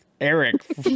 Eric